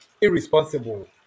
irresponsible